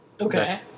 Okay